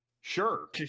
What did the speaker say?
sure